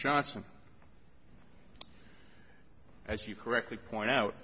johnson as you correctly point out